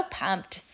pumped